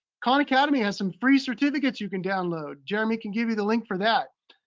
khan academy has some free certificates you can download. jeremy can give you the link for that.